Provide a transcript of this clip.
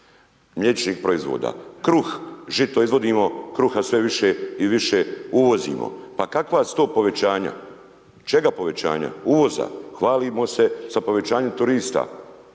mliječnih proizvoda kruh, žito izvodimo, krha sve više i više uvozimo. Pa kakva su to povećanja? Čega povećanja? Uvoza? Hvalimo se sa povećanjem turista,